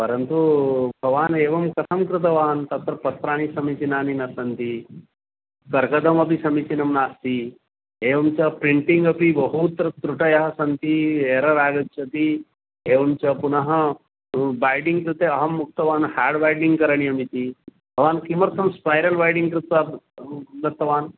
परन्तु भवान् एवं कथं कृतवान् तत्र पत्राणि समीचीनानि न सन्ति कर्गजमपि समीचीनं नास्ति एवं च प्रिण्टिङ्ग् अपि बहुत्र त्रुटयः सन्ति एरर् आगच्छति एवं च पुनः बैडिग् कृते अहम् उक्तवान् हार्ड् बैडिङ्ग् करणीयमिति भवान् किमर्थं स्पैरल् बैडिङ्ग् कृत्वा दत्तवान्